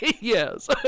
Yes